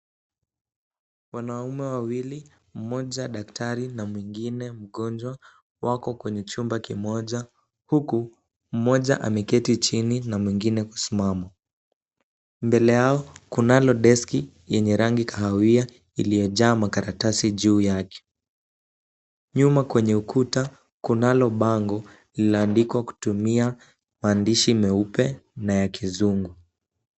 Wanaume wawili mmoja daktari na mwingine mgonjwa wako kwenye chumba kimoja huku mmoja ameketi chini na mwingine kusimama ,mbele Yao kunalo deski yenye rangi kahawia iliyojaa makaratasi juu yake ,nyuma Kuna bango linaandikwa kutumia maandishi meupe na ya kizungu.